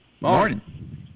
Morning